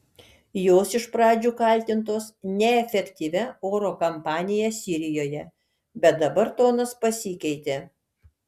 jos iš pradžių kaltintos neefektyvia oro kampanija sirijoje bet dabar tonas pasikeitė